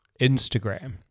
Instagram